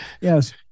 Yes